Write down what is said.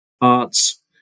arts